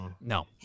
No